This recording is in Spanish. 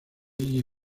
iggy